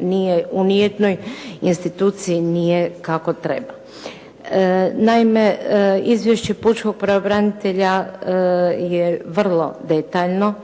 nije u nijednoj instituciji nije kako treba. Naime, izvješće pučkog pravobranitelja je vrlo detaljno,